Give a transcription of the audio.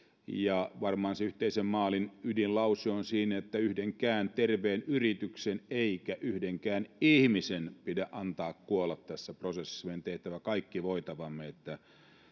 ja varmaan sen yhteisen maalin ydinlause on siinä että ei yhdenkään terveen yrityksen eikä yhdenkään ihmisen pidä antaa kuolla tässä prosessissa meidän on tehtävä kaikki voitavamme että